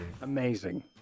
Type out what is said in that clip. Amazing